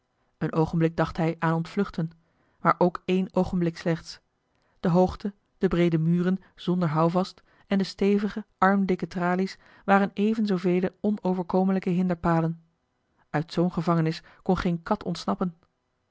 een oogenblik dacht hij aan ontvluchten maar ook één oogenblik slechts de hoogte de breede muren zonder houvast en de stevige armdikke tralies waren even zoovele onoverkomelijke hinderpalen uit zoo'n gevangenis kon geen kat ontsnappen